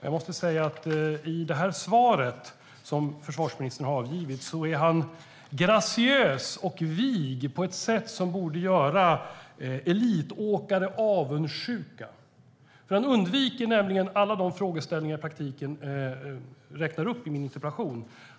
Jag måste säga att i svaret som försvarsministern har avgivit är han graciös och vig på ett sätt som borde göra elitåkare avundsjuka. Han undviker nämligen i praktiken alla de frågeställningar jag räknar upp i min interpellation.